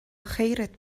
خیرت